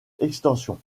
extension